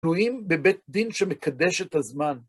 תלויים בבית דין שמקדש את הזמן.